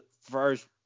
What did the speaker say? first